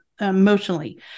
emotionally